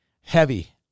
heavy